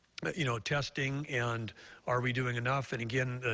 you know testing and are we doing enough and, again,